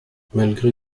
malgré